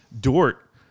Dort